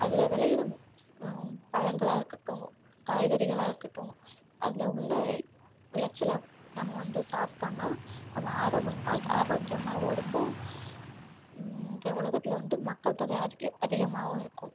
அதில் விளையிற பழங்களாக இருக்கட்டும் காய்கறிகளாக இருக்கட்டும் அதில் உள்ள விளைச்சலை நம்ம வந்து சாப்பிட்டோன்னா நம்ம ஆரோ ஆரோக்கியமாகவும் இருப்போம் இந்த உலகத்துல வந்து மக்கள் தொகை அதிக அதிகமாகவும் இருக்கும்